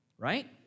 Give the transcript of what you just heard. right